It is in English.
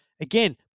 again